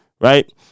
right